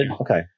okay